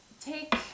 take